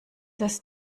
das